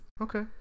okay